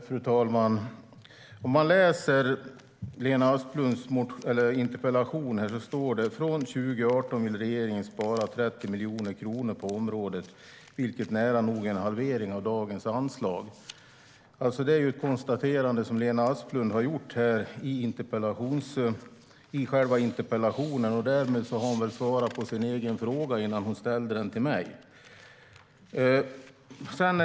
Fru talman! Man kan läsa Lena Asplunds interpellation. Där står det: "Från 2018 vill regeringen spara 30 miljoner kronor på området, vilket nära nog är en halvering av dagens anslag." Det är ett konstaterande som Lena Asplund har gjort i själva interpellationen. Därmed har hon väl svarat på sin egen fråga innan hon ställde den till mig.